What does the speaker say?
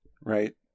Right